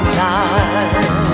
time